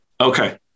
Okay